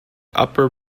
upper